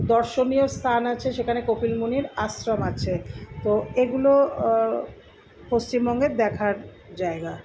দর্শনীয় স্থান আছে সেখানে কপিল মুনির আশ্রম আছে তো এগুলো পশ্চিমবঙ্গের দেখার জায়গা